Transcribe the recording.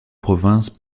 province